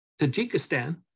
Tajikistan